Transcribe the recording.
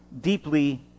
deeply